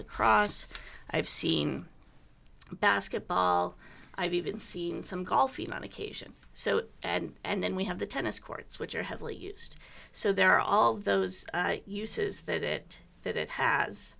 lacrosse i've seen basketball i've even seen some caulfield on occasion so and then we have the tennis courts which are heavily used so there are all those uses that it that it has